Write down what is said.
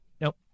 Nope